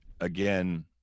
again